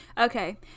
Okay